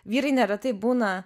vyrai neretai būna